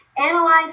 analyze